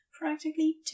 practically